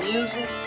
Music